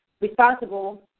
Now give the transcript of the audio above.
responsible